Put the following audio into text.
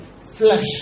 flesh